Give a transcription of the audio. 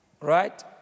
right